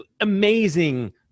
amazing